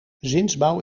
zinsbouw